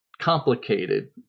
complicated